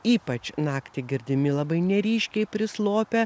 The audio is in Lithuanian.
ypač naktį girdimi labai neryškiai prislopę